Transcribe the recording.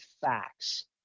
facts